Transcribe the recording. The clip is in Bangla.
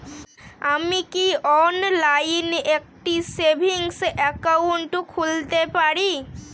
আমি কি অনলাইন একটি সেভিংস একাউন্ট খুলতে পারি?